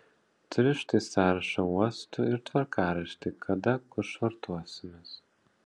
turiu štai sąrašą uostų ir tvarkaraštį kada kur švartuosimės